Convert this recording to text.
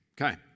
Okay